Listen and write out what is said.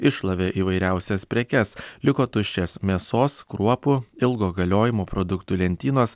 iššlavė įvairiausias prekes liko tuščias mėsos kruopų ilgo galiojimo produktų lentynos